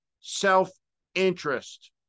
self-interest